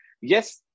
yes